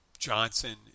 Johnson